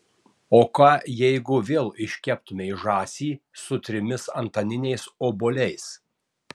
o ką jeigu vėl iškeptumei žąsį su trimis antaniniais obuoliais